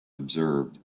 observed